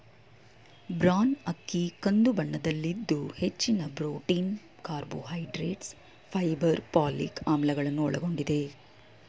bran ಅಕ್ಕಿ ಕಂದು ಬಣ್ಣದಲ್ಲಿದ್ದು ಹೆಚ್ಚಿನ ಪ್ರೊಟೀನ್, ಕಾರ್ಬೋಹೈಡ್ರೇಟ್ಸ್, ಫೈಬರ್, ಪೋಲಿಕ್ ಆಮ್ಲಗಳನ್ನು ಒಳಗೊಂಡಿದೆ